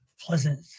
pleasant